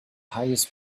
highest